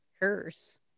curse